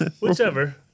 Whichever